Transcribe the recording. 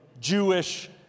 Jewish